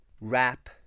Wrap